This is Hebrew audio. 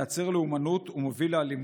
מייצר לאומנות ומוביל לאלימות.